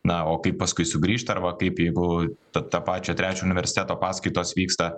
na o kaip paskui sugrįžt arba kaip jeigu ta ta pačio trečio universiteto paskaitos vyksta